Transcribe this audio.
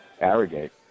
Arrogate